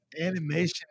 Animation